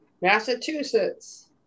Massachusetts